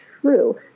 true